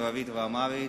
ערבית ואמהרית,